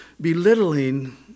belittling